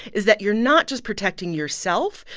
is that you're not just protecting yourself,